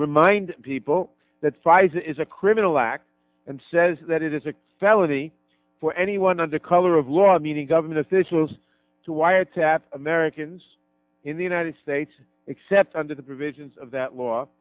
remind people that pfizer is a criminal act and says that it is a felony for anyone under color of law meaning government officials to wiretap americans in the united states except under the provisions of that law